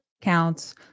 counts